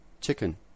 chicken